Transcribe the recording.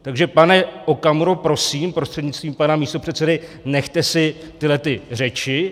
Takže pane Okamuro, prosím prostřednictvím pana místopředsedy, nechte si tyhle řeči.